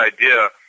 idea